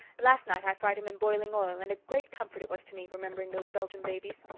last night i fried him in boiling oil and a great comfort it was to me, remembering those belgian babies.